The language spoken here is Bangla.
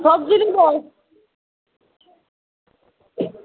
সবজি নেব